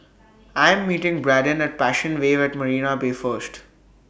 I Am meeting Braden At Passion Wave At Marina Bay First